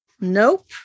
nope